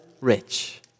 rich